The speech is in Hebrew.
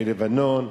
מלבנון,